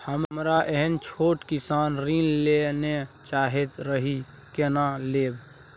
हमरा एहन छोट किसान ऋण लैले चाहैत रहि केना लेब?